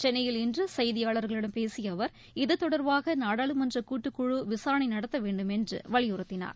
சென்னையில் இன்று செய்தியாளா்களிடம் பேசிய அவர் இது செதொடர்பாக நாடாளுமன்ற கூட்டுக்குழு விசாரணை நடத்த வேண்டுமென்று வலியுறுத்தினார்